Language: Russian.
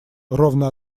ровно